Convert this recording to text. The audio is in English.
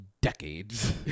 decades